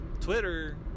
Twitter